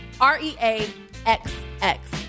R-E-A-X-X